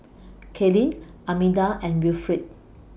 Kaylin Armida and Wilfrid